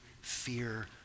fear